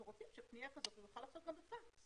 אנחנו רוצים שפניה כזו הוא יוכל לעשות גם בפקס.